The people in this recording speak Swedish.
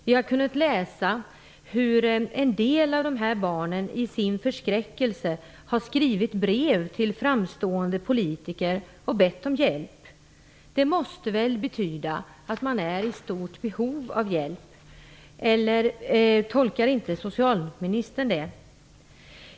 Vi har kunnat läsa hur en del av de här barnen i sin förskräckelse har skrivit brev till framstående politiker och bett om hjälp. Det måste väl betyda att man är i stort behov av hjälp? Tolkar inte socialministern det så?